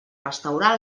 restaurar